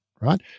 right